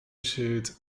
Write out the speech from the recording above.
jude